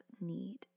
need